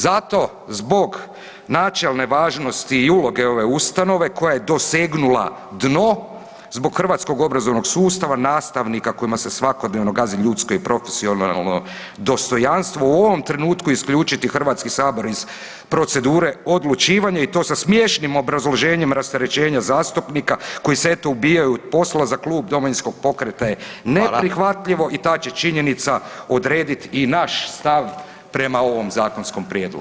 Zato zbog načelne važnosti i uloge ove ustanove koja je dosegnula dno, zbog hrvatskog obrazovnog sustava, nastavnika kojima se svakodnevno gazi ljudsko i profesionalno dostojanstvo u ovom trenutku isključiti Hrvatski sabor iz procedure odlučivanja i to sa smiješnim obrazloženjem rasterećenja zastupnika koji se eto ubijaju od posla za Klub Domovinskog pokreta je neprihvatljivo [[Upadica: Hvala.]] i ta će činjenica odrediti i naš stav prema ovom zakonskom prijedlogu.